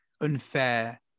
unfair